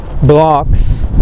Blocks